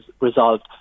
resolved